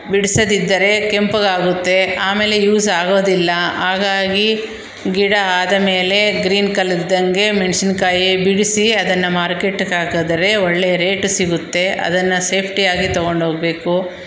ಬಿಡಿಸದಿದ್ದರೆ ಕೆಂಪಗಾಗುತ್ತೆ ಆಮೇಲೆ ಯೂಸಾಗೋದಿಲ್ಲ ಹಾಗಾಗಿ ಗಿಡ ಆದಮೇಲೆ ಗ್ರೀನ್ ಕಲರಿದ್ದಂಗೆ ಮೆಣಸಿನ್ಕಾಯಿ ಬಿಡಿಸಿ ಅದನ್ನು ಮಾರ್ಕೆಟ್ಗೆ ಹಾಕದರೆ ಒಳ್ಳೆ ರೇಟ್ ಸಿಗುತ್ತೆ ಅದನ್ನು ಸೇಫ್ಟಿಯಾಗಿ ತೊಗೊಂಡೋಗ್ಬೇಕು